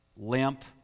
limp